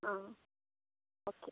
ആ ഓക്കെ